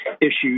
Issues